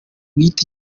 giti